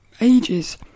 ages